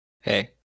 Hey